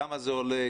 כמה זה עולה?